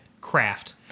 Craft